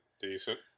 Decent